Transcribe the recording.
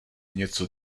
něco